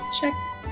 check